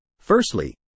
Firstly